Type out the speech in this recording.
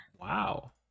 Wow